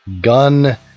gun